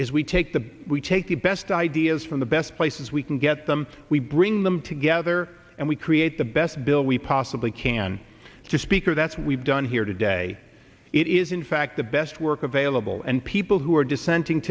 is we take the we take the best ideas from the best places we can get them we bring them together and we create the best bill we possibly can to speaker that's what we've done here today it is in fact the best work available and people who are dissenting